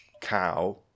cow